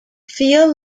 field